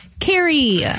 Carrie